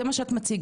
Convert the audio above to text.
זה מה שאת מציגה.